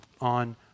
on